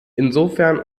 insofern